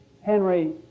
Henry